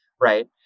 right